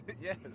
yes